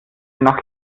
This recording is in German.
nach